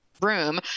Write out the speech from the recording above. room